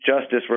justice